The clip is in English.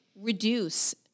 reduce